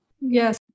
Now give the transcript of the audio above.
Yes